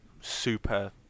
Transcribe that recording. super